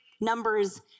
numbers